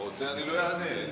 אתה רוצה, לא אענה.